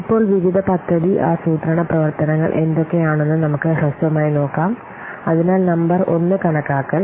ഇപ്പോൾ വിവിധ പദ്ധതി ആസൂത്രണ പ്രവർത്തനങ്ങൾ എന്തൊക്കെയാണെന്ന് നമുക്ക് ഹ്രസ്വമായി നോക്കാം അതിനാൽ നമ്പർ 1 കണക്കാക്കൽ